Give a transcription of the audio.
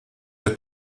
der